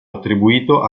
attribuito